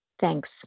Thanks